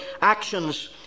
actions